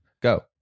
go